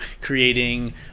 creating